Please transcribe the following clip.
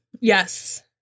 Yes